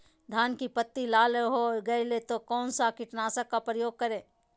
धान की पत्ती लाल हो गए तो कौन सा कीटनाशक का प्रयोग करें?